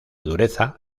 dureza